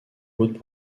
haute